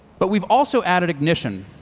but we've also added ignition,